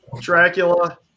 Dracula